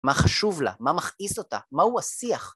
מה חשוב לה? מה מכעיס אותה? מהו השיח?